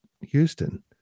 Houston